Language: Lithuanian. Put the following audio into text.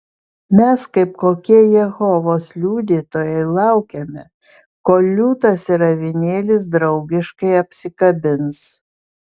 mes kaip kokie jehovos liudytojai laukiame kol liūtas ir avinėlis draugiškai apsikabins